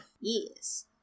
Yes